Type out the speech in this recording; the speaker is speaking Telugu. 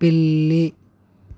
పిల్లి